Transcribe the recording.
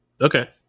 Okay